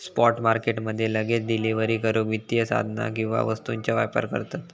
spot market मध्ये लगेच delivery करूक वित्तीय साधन किंवा वस्तूंचा व्यापार करतत